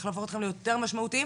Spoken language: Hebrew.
איך להפוך אותכם ליותר משמעותיים,